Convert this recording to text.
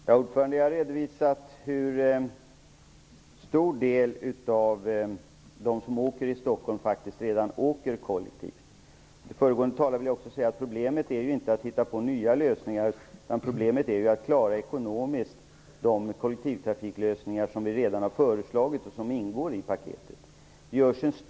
Herr talman! Jag har redovisat hur stor del av dem som åker till Stockholm redan åker kollektivt. Problemet är inte att hitta på nya lösningar, utan problemet är att klara ekonomiskt de kollektivtrafiklösningar som redan har föreslagit och som ingår i paketet.